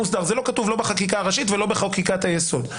זה לא כתוב לא בחקיקה הראשית ולא בחקיקת היסוד.